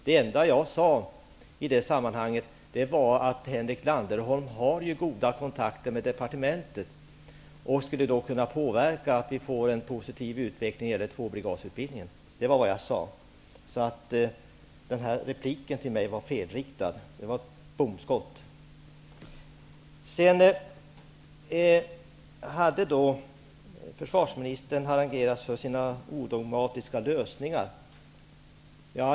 Det enda som jag sade i det sammanhanget var att Henrik Landerholm ju har goda kontakter med departementet och skulle kunna påverka en positiv utveckling när det gäller tvåbrigadsutbildningen. Det var vad jag sade. Så den här repliken till mig var felriktad. Det var ett bomskott. Försvarsministern sade att han harangerats för sina odogmatiska lösningar.